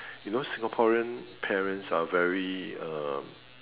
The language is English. you know Singaporean parents are very uh